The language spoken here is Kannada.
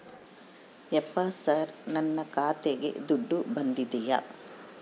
ಯಪ್ಪ ಸರ್ ನನ್ನ ಖಾತೆಗೆ ದುಡ್ಡು ಬಂದಿದೆಯ?